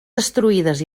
destruïdes